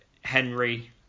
Henry